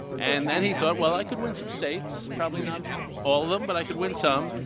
and then he said, well, i could win some states, probably not all of them, but i could win some.